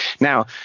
Now